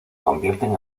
convierten